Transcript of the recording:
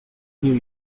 new